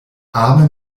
ame